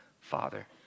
father